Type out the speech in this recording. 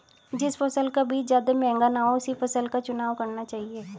जिस फसल का बीज ज्यादा महंगा ना हो उसी फसल का चुनाव करना चाहिए